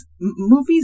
movies